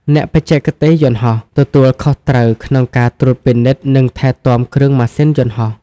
អ្នកបច្ចេកទេសយន្តហោះ ទទួលខុសត្រូវក្នុងការត្រួតពិនិត្យនិងថែទាំគ្រឿងម៉ាស៊ីនយន្តហោះ។